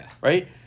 Right